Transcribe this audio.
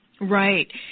Right